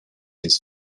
his